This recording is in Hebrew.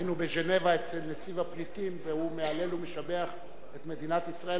היינו בז'נבה אצל נציב הפליטים והוא מהלל ומשבח את מדינת ישראל